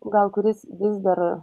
gal kuris vis dar